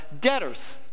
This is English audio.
debtors